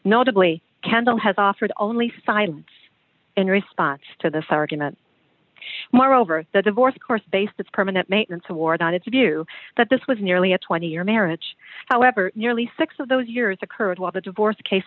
notably kendall has offered only silence in response to this argument moreover the divorce course based its permanent maintenance award on its view that this was merely a twenty year marriage however nearly six of those years occurred while the divorce case